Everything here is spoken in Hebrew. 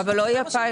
אבל לא היה פיילוט.